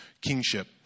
kingship